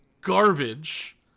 garbage